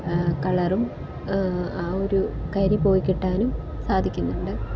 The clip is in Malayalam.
കളറും ആ ഒരു കരി പോയിക്കിട്ടാനും സാധിക്കുന്നുണ്ട്